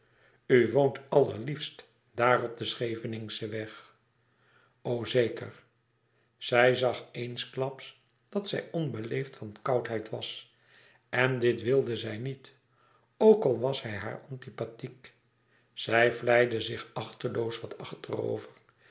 woont allerliefst daar op den scheveningschen weg o zeker zij zag eensklaps dat zij onbeleefd van koudheid was en dit wilde zij niet ook al was hij haar antipathiek zij vlijde zich achteloos wat achterover